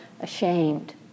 ashamed